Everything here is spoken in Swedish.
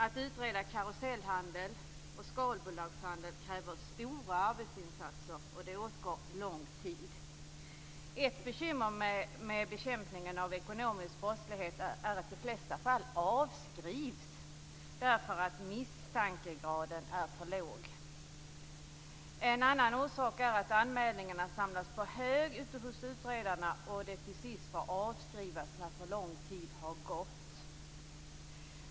Att utreda karusellhandel och skalbolagshandel kräver stora arbetsinsatser under lång tid. Ett bekymmer med bekämpningen av ekonomisk brottslighet är att de flesta fall avskrivs därför att misstankegraden är för låg. En annan orsak är att anmälningarna samlas på hög hos utredarna och att de till sist får avskrivas när för lång tid har gått.